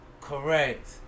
Correct